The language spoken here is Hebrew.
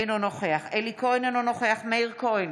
אינו נוכח אלי כהן, אינו נוכח מאיר כהן,